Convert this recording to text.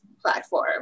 platform